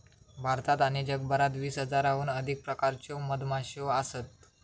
भारतात आणि जगभरात वीस हजाराहून अधिक प्रकारच्यो मधमाश्यो असत